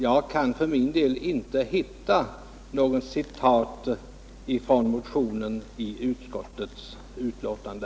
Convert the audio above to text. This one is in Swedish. Jag kan för min del inte hitta något citat ur motionen i utskottets betänkande.